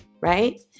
right